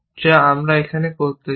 যা আমরা এখানে করতে চাই